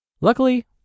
Luckily